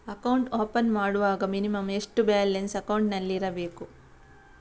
Account open ಮಾಡುವಾಗ minimum ಎಷ್ಟು balance ಅಕೌಂಟಿನಲ್ಲಿ ಇರಬೇಕು?